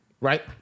Right